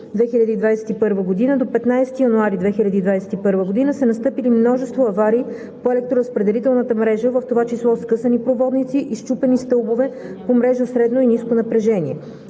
от 9 до 15 януари 2021 г. са настъпили множество аварии по електроразпределителната мрежа, в това число скъсани проводници и счупени стълбове по мрежата за средно и ниско напрежение.